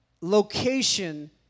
location